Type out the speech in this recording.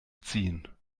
ziehen